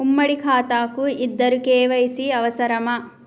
ఉమ్మడి ఖాతా కు ఇద్దరు కే.వై.సీ అవసరమా?